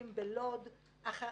איומים.